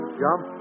jump